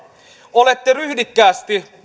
olette ryhdikkäästi